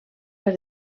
per